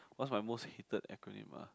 what's my most hated acronym ah